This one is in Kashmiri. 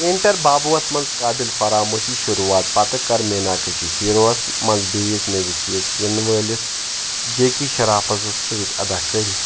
پینٹَر بابوٗوَس منٛز قٲبِل فراموشی شروٗعات پتہٕ کَر میٖناکشی ہیروٗوس منٛز بیٚیِس نٔوِس ہِوِس یِنہٕ وٲلِس جے کے شرافَسَس سۭتۍ اداکٲری